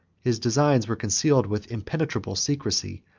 his designs were concealed with impenetrable secrecy,